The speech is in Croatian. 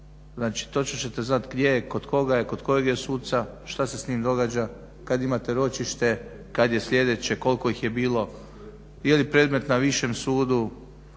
Znači, točno ćete znati gdje je, kod koga je, kod kojeg je suca, šta se s njim događa, kad imate ročište, kad je sljedeće, koliko ih je bilo ili predmet na višem sudu